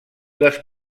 les